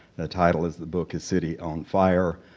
the title is the book is city on fire,